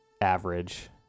average